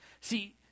See